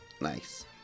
Nice